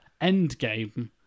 Endgame